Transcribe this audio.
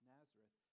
Nazareth